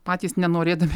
patys nenorėdami